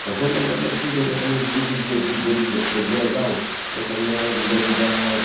સફરનો મતલબ શું છે કે તમે જુદી જગ્યાએ જાવ એ તમને જુદા જુદા